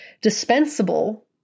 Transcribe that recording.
dispensable